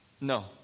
No